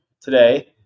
today